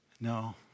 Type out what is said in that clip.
No